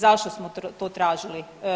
Zašto smo to tražili?